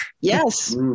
yes